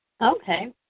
Okay